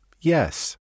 Yes